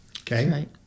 Okay